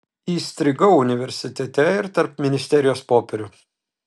įstrigau universitete ir tarp ministerijos popierių